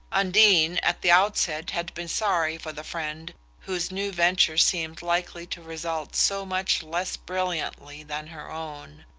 undine, at the outset, had been sorry for the friend whose new venture seemed likely to result so much less brilliantly than her own